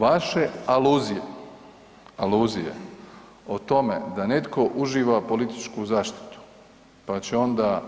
Vaše aluzije, aluzije o tome da netko uživa političku zaštitu, pa će onda